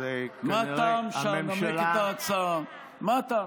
מה הטעם שאנמק את ההצעה, מה הטעם?